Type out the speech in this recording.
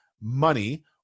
money